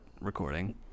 recording